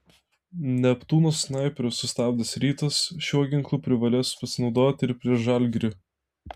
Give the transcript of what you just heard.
neptūno snaiperius sustabdęs rytas šiuo ginklu privalės pasinaudoti ir prieš žalgirį